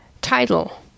title